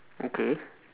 okay